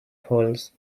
polls